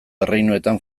erreinuetan